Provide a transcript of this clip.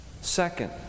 Second